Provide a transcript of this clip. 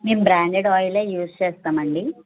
మేము branded oil use చేస్తాం అండి